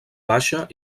baixa